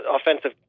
offensive